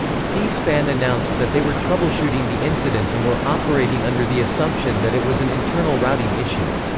c-span announced that they were troubleshooting the incident and were operating under the assumption that it was an internal routing issue.